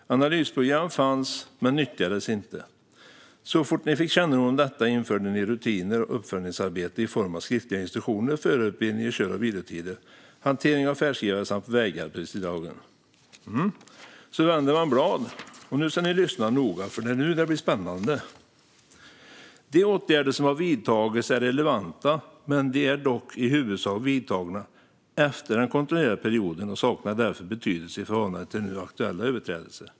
Analysprogram fanns men nyttjades inte. Så fort ni fick kännedom om detta införde ni rutiner och uppföljningsarbete i form av skriftliga instruktioner, förarutbildning i kör och vilotider, hantering av färdskrivare samt vägarbetstidslagen. Sedan vänder man blad - och nu ska ni lyssna noga, för det är nu det blir spännande. Det står vidare: De åtgärder som har vidtagits är relevanta, men de är dock i huvudsak vidtagna efter den kontrollerade perioden och saknar därför betydelse i förhållande till nu aktuella överträdelser.